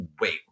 wait